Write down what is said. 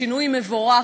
זה שינוי מבורך,